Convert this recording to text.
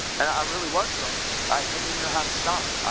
and i really was sorry i didn't know how to stop.